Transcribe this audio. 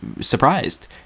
surprised